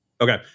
Okay